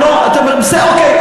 אוקיי,